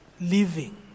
living